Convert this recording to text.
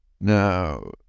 Now